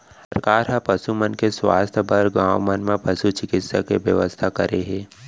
सरकार ह पसु मन के सुवास्थ बर गॉंव मन म पसु चिकित्सा के बेवस्था करे हे